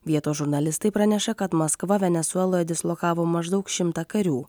vietos žurnalistai praneša kad maskva venesueloje dislokavo maždaug šimtą karių